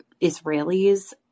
Israelis